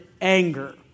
anger